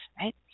right